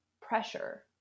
pressure